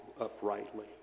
uprightly